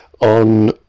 On